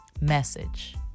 message